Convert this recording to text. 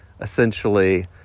essentially